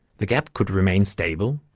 the gap could remain stable,